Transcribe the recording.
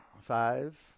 Five